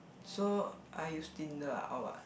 so I use Tinder ah or what